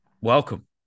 welcome